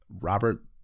Robert